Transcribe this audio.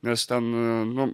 nes ten nu